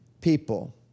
people